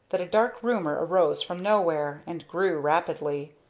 that a dark rumor arose from nowhere, and grew rapidly.